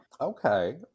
Okay